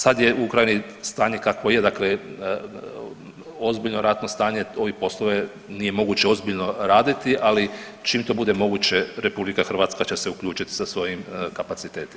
Sad je u Ukrajini stanje kakvo je, dakle ozbiljno ratno stanje, ove poslove nije moguće ozbiljno raditi, ali čim to bude moguće RH će se uključiti sa svojim kapacitetima.